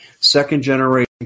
second-generation